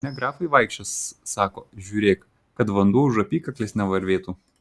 ne grafai vaikščios sako žiūrėk kad vanduo už apykaklės nevarvėtų